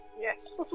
Yes